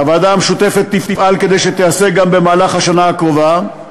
והוועדה המשותפת תפעל כדי שתיעשה גם במהלך השנה הקרובה,